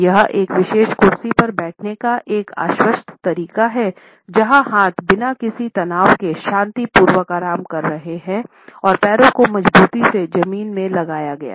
यह एक विशेष कुर्सी पर बैठने का एक आश्वस्त तरीका है जहां हाथ बिना किसी तनाव के शांतिपूर्वक आराम कर रहे हैं और पैरों को मजबूती से ज़मीन से लगाया गया है